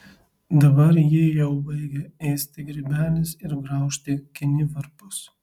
dabar jį jau baigia ėsti grybelis ir graužti kinivarpos